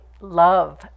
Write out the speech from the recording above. love